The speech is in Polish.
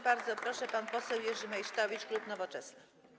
Bardzo proszę, pan poseł Jerzy Meysztowicz, klub Nowoczesna.